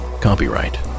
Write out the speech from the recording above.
Copyright